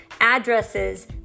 addresses